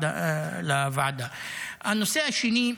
הנושא השני: